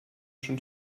schon